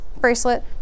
Bracelet